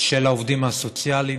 של העובדים הסוציאליים,